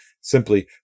Simply